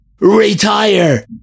retire